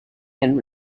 and